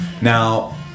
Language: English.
Now